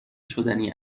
شدنی